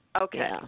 Okay